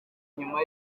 nyuma